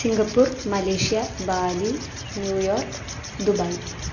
Singapore Malaysia Bali New York Dubai